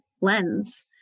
lens